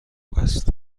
است